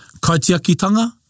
Kaitiakitanga